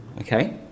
Okay